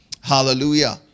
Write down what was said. Hallelujah